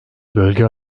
bölge